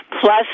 Plus